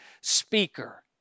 speaker